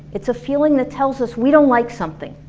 it's a feeling that tells us we don't like something,